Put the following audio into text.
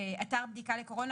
"אתר בדיקה לקורונה"